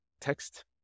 text